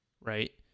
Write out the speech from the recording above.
right